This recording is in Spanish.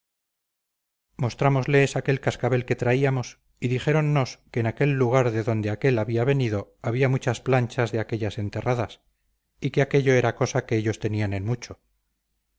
mostrámosles aquel cascabel que traíamos y dijéronnos que en aquel lugar de donde aquél había venido había muchas planchas de aquellas enterradas y que aquello era cosa que ellos tenían en mucho